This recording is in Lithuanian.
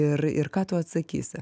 ir ir ką tu atsakysi